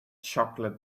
chocolate